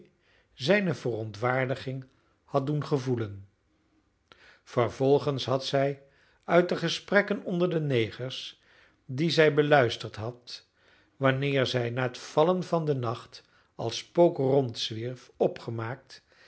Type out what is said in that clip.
zijne verontwaardiging had doen gevoelen vervolgens had zij uit de gesprekken onder de negers die zij beluisterd had wanneer zij na het vallen van den nacht als spook rondzwierf opgemaakt